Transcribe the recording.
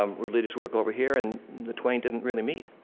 um religious work over here, and the twain didn't really meet.